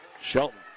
Shelton